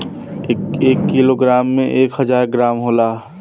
एक kilogram में एक हजार ग्राम होला